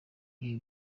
iyo